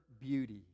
beauty